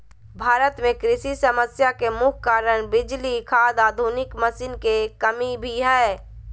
भारत में कृषि समस्या के मुख्य कारण बिजली, खाद, आधुनिक मशीन के कमी भी हय